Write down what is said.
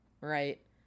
right